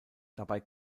dabei